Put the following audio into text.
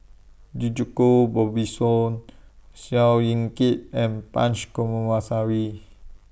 Djoko Wibiso Seow Yit Kin and Punch Coomaraswamy